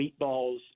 meatballs